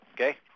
Okay